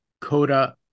Coda